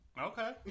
Okay